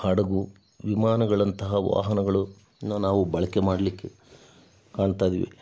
ಹಡಗು ವಿಮಾನಗಳಂತಹ ವಾಹನಗಳು ಇನ್ನೂ ನಾವು ಬಳಕೆ ಮಾಡಲಿಕ್ಕೆ ಕಾಣ್ತಾ ಇದ್ದೀವಿ